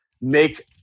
make